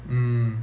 mm